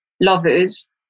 lovers